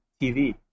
TV